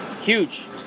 huge